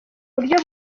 buryo